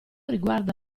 riguarda